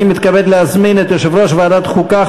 אני מתכבד להזמין את יושב-ראש ועדת חוקה,